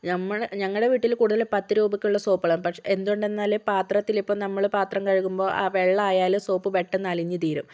ഞമ്മടെ ഞങ്ങളുടെ വീട്ടിൽ കൂടുതലും പത്ത് രൂപക്കുള്ള സോപ്പുകളാണ് പക്ഷേ എന്തുകൊണ്ടെന്നാൽ പാത്രത്തിലിപ്പോൾ നമ്മൾ പാത്രം കഴുകുമ്പോൾ ആ വെള്ളമായാൽ ആ സോപ്പ് പെട്ടെന്ന് അലിഞ്ഞു തീരും